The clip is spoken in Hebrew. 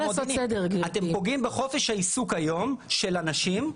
אתם פוגעים בחופש העיסוק היום של אנשים,